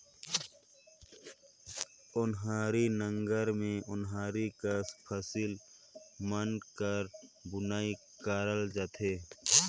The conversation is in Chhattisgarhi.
ओन्हारी नांगर मे ओन्हारी कस फसिल मन कर बुनई करल जाथे